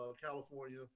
California